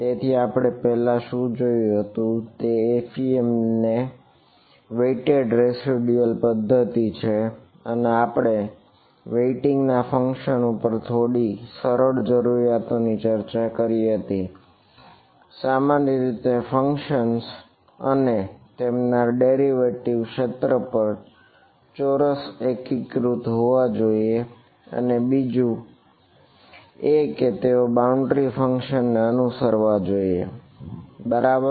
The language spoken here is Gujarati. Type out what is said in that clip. તેથી આપણે આપણી એફઈએમ ને અનુસરવા જોઈએ બરાબર